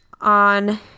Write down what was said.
on